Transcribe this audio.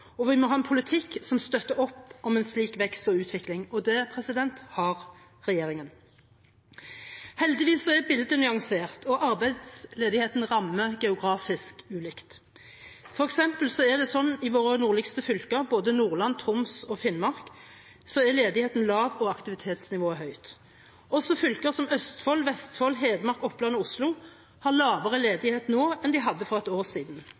og vi må ha en politikk som støtter opp om en slik vekst og utvikling. Det har regjeringen. Heldigvis er bildet nyansert, og arbeidsledigheten rammer geografisk ulikt. For eksempel er ledigheten i våre nordligste fylker, Nordland, Troms og Finnmark, lav og aktivitetsnivået høyt. Også fylker som Østfold, Vestfold, Hedmark, Oppland og Oslo har lavere ledighet nå enn for et år siden.